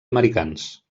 americans